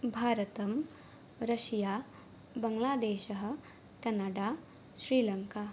भारतं रषिया बङ्लादेशः कनडा श्रीलङ्का